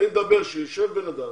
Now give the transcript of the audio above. אני מדבר על כך שישב בן אדם